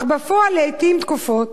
אך בפועל, לעתים תכופות,